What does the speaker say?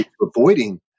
avoiding